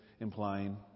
implying